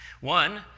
One